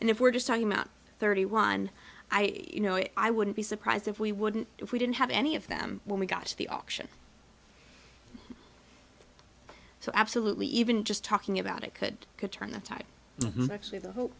and if we're just talking about thirty one i you know i wouldn't be surprised if we wouldn't if we didn't have any of them when we got the auction so absolutely even just talking about it could could turn the tide actually the ho